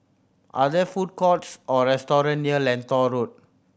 are there food courts or restaurant near Lentor Road